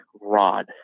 rod